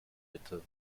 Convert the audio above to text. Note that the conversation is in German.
bitte